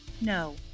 No